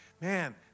man